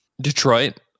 Detroit